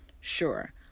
sure